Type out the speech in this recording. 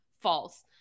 false